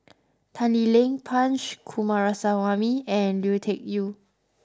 Tan Lee Leng Punch Coomaraswamy and Lui Tuck Yew